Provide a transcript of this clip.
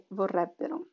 vorrebbero